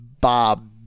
Bob